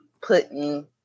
putting